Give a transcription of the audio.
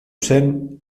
zen